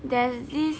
there's this